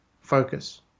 focus